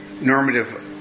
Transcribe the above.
normative